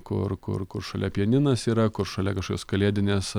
kur kur kur šalia pianinas yra kur šalia kažkas kalėdinės